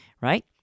right